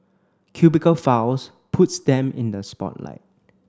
cubicle files puts them in the spotlight